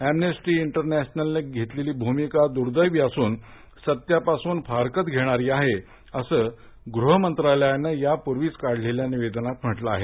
Amnesty इंटरनेशनलनं घेतलेली भूमिका दुर्दैवी असून सत्यापासून फारकत घेणारी आहे असं गृह मंत्रालयानं यापूर्वीच काढलेल्या निवेदनात म्हटलं आहे